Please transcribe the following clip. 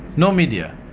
no media.